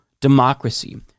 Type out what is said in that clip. democracy